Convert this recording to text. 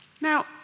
Now